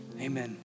amen